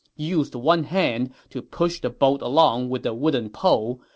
used one hand to push the boat along with the wooden pole,